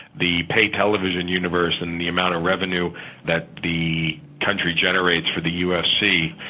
the pay television universe and the amount of revenue that the country generates for the ufc,